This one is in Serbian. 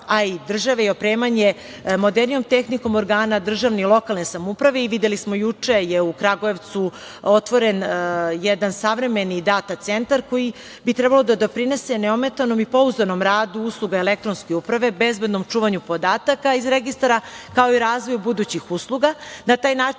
a i države, opremanje modernijom tehnikom organa državne i lokalne samouprave. Videli smo, juče je u Kragujevcu otvoren jedan savremeni „Data centar“, koji bi trebalo da doprinese neometanom i pouzdanom radu usluga elektronske uprave, bezbednom čuvanju podataka iz registara, kao i razvoju budućih usluga.